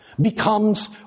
becomes